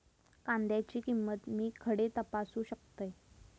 कांद्याची किंमत मी खडे तपासू शकतय?